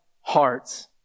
hearts